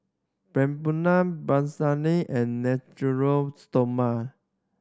Papulex Blephagel and Natura Stoma